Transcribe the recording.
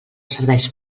serveix